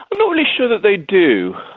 i'm not really sure that they do.